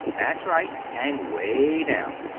that's right. hang way down.